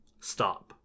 Stop